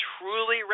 truly